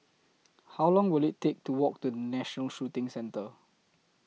How Long Will IT Take to Walk to National Shooting Centre